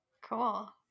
Cool